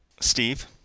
Steve